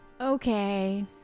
okay